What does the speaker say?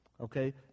Okay